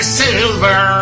silver